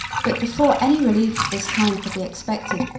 but before any relief of this kind could be expected,